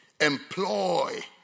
employ